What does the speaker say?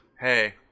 Hey